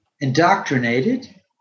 indoctrinated